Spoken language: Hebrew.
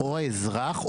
או האזרח,